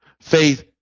faith